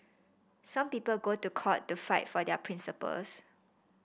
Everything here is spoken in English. some people go to court to fight for their principles